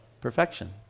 Perfection